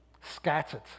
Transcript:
scattered